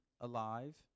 alive